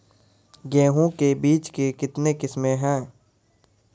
गेहूँ के बीज के कितने किसमें है?